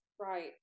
right